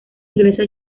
inglesa